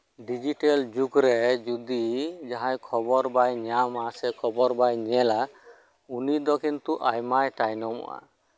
digital ᱡᱩᱜᱽᱨᱮ ᱡᱟᱸᱦᱟᱭ ᱡᱚᱫᱤ ᱠᱷᱚᱵᱚᱨ ᱵᱟᱭ ᱧᱟᱢᱟ ᱥᱮ ᱠᱷᱚᱵᱚᱨ ᱵᱟᱭ ᱧᱮᱞᱟ ᱩᱱᱤ ᱫᱚ ᱠᱤᱱᱛᱩ ᱟᱭᱢᱟᱭ ᱛᱟᱭᱱᱚᱢᱚᱜᱼᱟ